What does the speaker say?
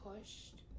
pushed